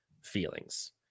feelings